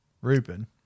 Ruben